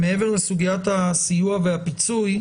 ומעבר לסוגיית הסיוע והפיצוי,